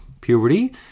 puberty